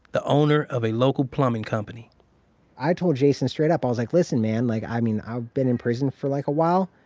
the owner of a local plumbing company i told jason straight up. i was like, listen man, like, i mean, i've been in prison for like a while.